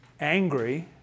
angry